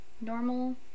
Normal